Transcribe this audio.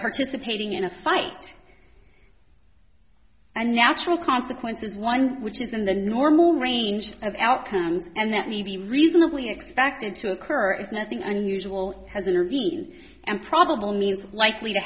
participating in a fight and natural consequences one which is in the normal range of outcomes and that may be reasonably expected to occur is nothing unusual has intervened and probable means likely to